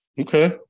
Okay